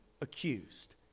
accused